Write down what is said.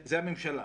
זה הממשלה,